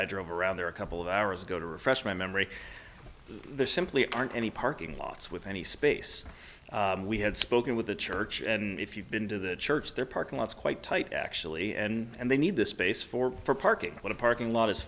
i drove around there a couple of hours ago to refresh my memory there simply aren't any parking lots with any space we had spoken with the church and if you've been to the church their parking lots quite tight actually and they need the space for parking in a parking lot